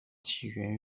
起源